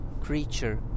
creature